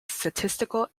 statistical